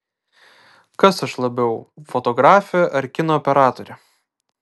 kas aš labiau fotografė ar kino operatorė